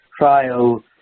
trial